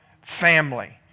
family